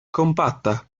compatta